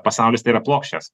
pasaulis tai yra plokščias